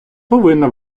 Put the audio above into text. повинна